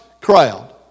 crowd